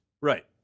Right